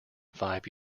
five